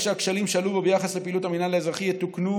שהכשלים שעלו בו ביחס לפעילות המינהל האזרחי יתוקנו,